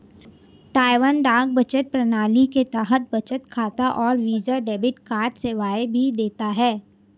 Taiwan डाक बचत प्रणाली के तहत बचत खाता और वीजा डेबिट कार्ड सेवाएं भी देता है